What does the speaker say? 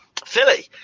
Philly